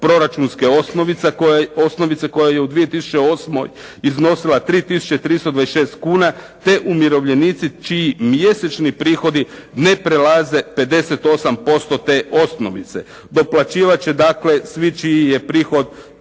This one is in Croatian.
proračunske osnovice koja je u 2008. iznosila 3 tisuće 326 kuna te umirovljenici čiji mjesečni prihodi ne prelaze 58% te osnovice. Doplaćivat će dakle svi čiji je prihod